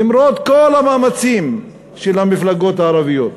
למרות כל המאמצים של המפלגות הערביות